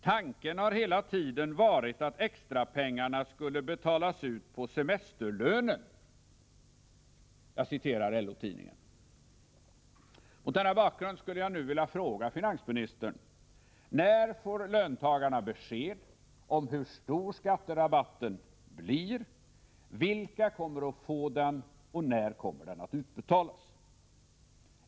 ”Tanken har hela tiden varit att extrapengarna skall betalas ut på semesterlönen” , skriver LO-Tidningen. Mot denna bakgrund skulle jag nu vilja fråga finansministern: När får löntagarna besked om hur stor skatterabatten blir? Vilka kommer att få den, och när kommer den att utbetalas?